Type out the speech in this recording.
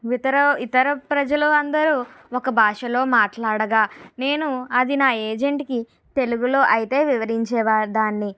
వితర ఇతర ప్రజలు అందరూ ఒక భాషలో మాట్లాడగా నేను అది నా ఏజెంట్కి తెలుగులో అయితే వివరించేవా దాన్ని